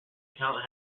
account